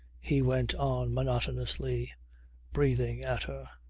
he went on monotonously breathing at her.